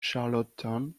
charlottetown